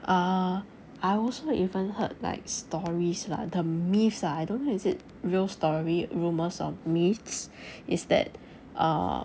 err I also even heard like stories lah the myths ah I don't know is it real story rumours or myths is that err